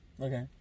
okay